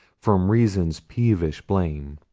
from reason's peevish blame.